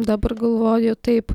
dabar galvoju taip